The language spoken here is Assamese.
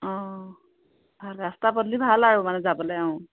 অঁ ভাল ৰাস্তা পদূলি ভাল আৰু মানে যাবলৈ